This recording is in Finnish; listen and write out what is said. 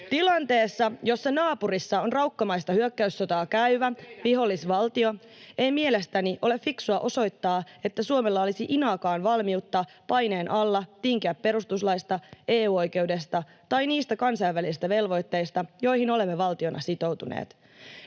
Tilanteessa, jossa naapurissa on raukkamaista hyökkäyssotaa käyvä vihollisvaltio, ei mielestäni ole fiksua osoittaa, että Suomella olisi inaakaan valmiutta paineen alla tinkiä perustuslaista, EU-oikeudesta tai niistä kansainvälisistä velvoitteista, joihin olemme valtiona sitoutuneet.